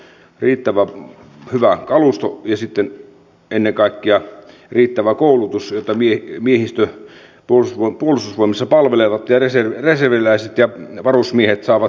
itse myöskin olen sitä mieltä että hyvä jos tämä keskustelu kääntyy siihen että me teemme päätöksiä perustuen punnittuihin tietoihin ja monipuoliseen analyysiin